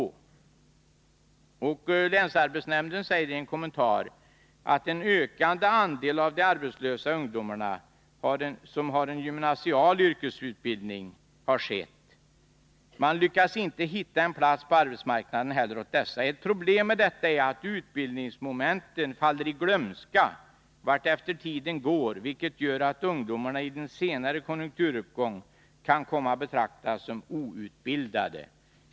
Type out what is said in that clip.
Länsarbetsnämnden säger i en kommentar att andelen arbetslösa ungdomar med gymnasial yrkesutbildning ökar. Man har inte heller lyckats hitta platser på arbetsmarknaden åt dessa. Ett problem är att utbildningsmomenten faller i glömska allteftersom tiden går. Detta gör att ungdomarna vid en senare konjunkturuppgång kan komma att betraktas som outbildade.